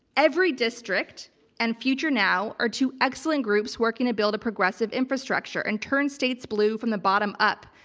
everydistrict and future now are two excellent groups working to build a progressive infrastructure and turn states blue from the bottom up.